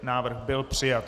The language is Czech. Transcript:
Návrh byl přijat.